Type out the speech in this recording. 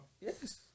Yes